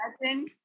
imagine